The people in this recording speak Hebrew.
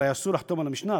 הרי אסור לחתום את המשנה,